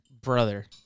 brother